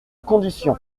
condition